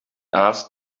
asked